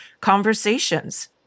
conversations